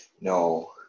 No